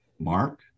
Mark